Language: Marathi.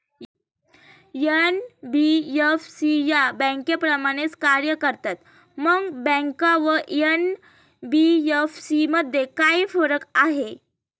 एन.बी.एफ.सी या बँकांप्रमाणेच कार्य करतात, मग बँका व एन.बी.एफ.सी मध्ये काय फरक आहे?